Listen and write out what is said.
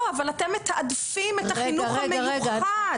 אבל אתם מתעדפים את החינוך המיוחד.